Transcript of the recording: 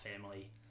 family